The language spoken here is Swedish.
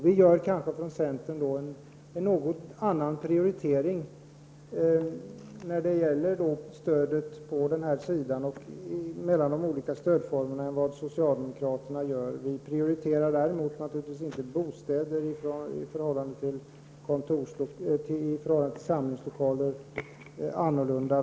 Vi gör från centern en något annan prioritering mellan de olika stödformerna än vad socialdemokraterna gör, men vi ser naturligtvis inte annorlunda på frågan om bostäder i förhållande till samlingslokaler.